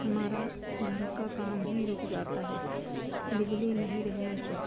हमारा घर का काम ही रुक जाता है बिजली नहीं रहने से